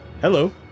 hello